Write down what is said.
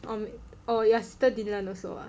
oh oh your sister didn't learn also ah